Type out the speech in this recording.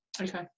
Okay